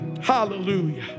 Hallelujah